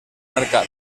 mercat